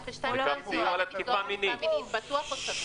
1202 לנפגעי תקיפה מינית פתוח או סגור?